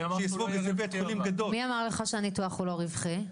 שיספוג את זה בית חולים גדול." מי אמר לך שהוא לא יהיה רווחי אבל?